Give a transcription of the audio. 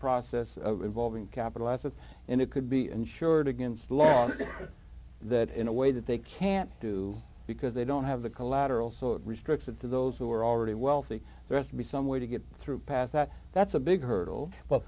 process involving capital assets and it could be insured against the law that in a way that they can't do because they don't have the collateral so it restricted to those who are already wealthy dress to be some way to get through past that that's a big hurdle but